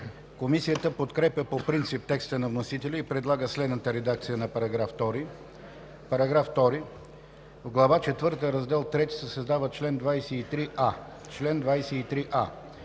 Комисията подкрепя по принцип текста на вносителя и предлага следната редакция на § 2: „§ 2. В глава четвърта, раздел III се създава чл. 23а: